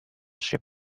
ship